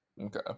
Okay